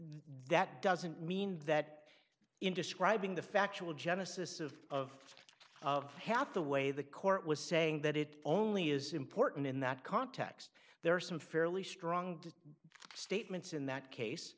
that doesn't mean that in describing the factual genesis of of of half the way the court was saying that it only is important in that context there are some fairly strong statements in that case